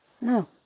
No